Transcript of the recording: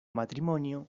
matrimonio